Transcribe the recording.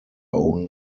own